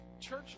church